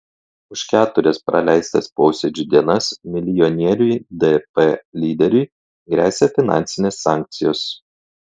už keturias praleistas posėdžių dienas milijonieriui dp lyderiui gresia finansinės sankcijos